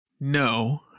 No